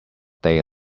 day